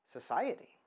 society